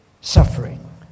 Suffering